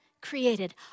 created